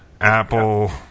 Apple